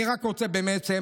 אני רק רוצה לסיים,